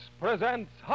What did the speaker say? presents